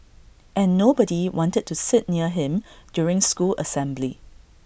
and nobody wanted to sit near him during school assembly